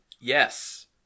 Yes